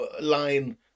line